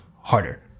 harder